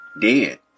dead